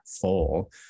full